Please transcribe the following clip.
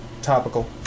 topical